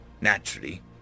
Naturally